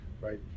right